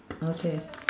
okay